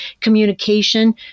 communication